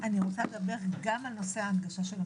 אני מציינת את העובדות ובחלקן יש לי